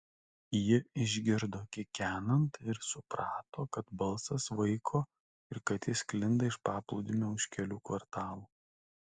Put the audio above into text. ji išgirdo kikenant ir suprato kad balsas vaiko ir kad jis sklinda iš paplūdimio už kelių kvartalų